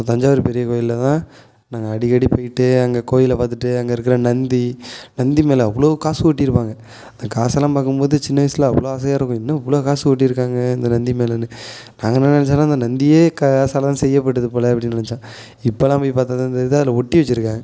தஞ்சாவூர் பெரிய கோயில்ல தான் நாங்கள் அடிக்கடி போய்ட்டு அங்கே கோயிலை பார்த்துட்டு அங்கே இருக்கிற நந்தி நந்தி மேலே அவ்வளோ காசு கொட்டியிருப்பாங்க அந்த காசெல்லாம் பார்க்கும்போது சின்ன வயசில் அவ்வளோ ஆசையாக இருக்கும் என்ன இவ்வளோ காசு கொட்டிருகாங்க இந்த நந்தி மேலேன்னு நாங்கள் என்ன நினச்சோன்னா அந்த நந்தியே காசால் தான் செய்யப்பட்டது போல் அப்படின் நினச்சோம் இப்போ தான் போய் பார்த்தா தான் தெரியுது அதில் ஒட்டி வச்சிருக்காங்